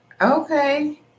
Okay